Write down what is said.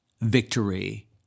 victory